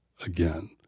again